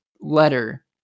letter